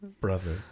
Brother